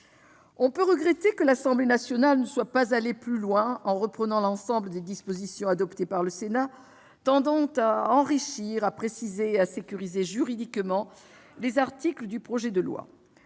On peut regretter que l'Assemblée nationale ne soit pas allée plus loin, en reprenant l'ensemble des dispositions adoptées par le Sénat tendant à enrichir, à préciser et à sécuriser juridiquement les articles du projet de loi.